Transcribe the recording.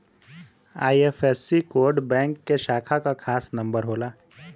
IFSC code bank के शाखा क खास नंबर होला